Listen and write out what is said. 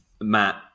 Matt